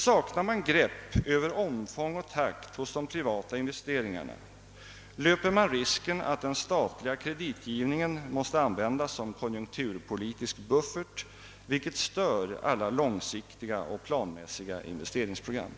Saknar man grepp över omfång och takt hos de privata investeringarna, löper man risken att den statliga kreditgivningen måste användas som konjunkturpolitisk buffert, vilket stör alla långsiktiga och planmässiga investeringsprogram.